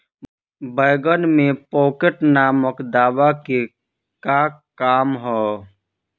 बैंगन में पॉकेट नामक दवा के का काम ह?